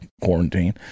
quarantine